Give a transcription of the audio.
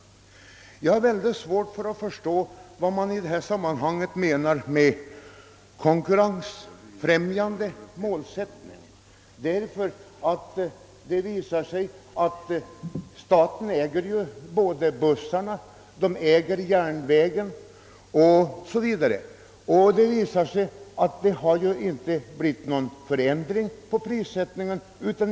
Jag har mycket svårt att förstå vad man i detta sammanhang menar med »konkurrensfrämjande målsättning»; staten äger ju både bussarna och järnvägen. Det har också visat sig att priserna inte sjunkit.